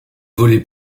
voler